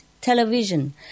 television